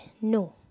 No